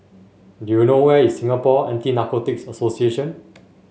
do you know where is Singapore Anti Narcotics Association